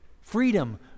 Freedom